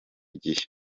gihe